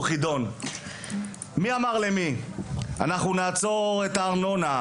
חידון: מי אמר למי ״אנחנו נעצור את הארנונה,